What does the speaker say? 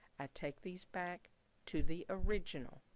i take these back to the original